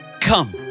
Come